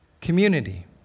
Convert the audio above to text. community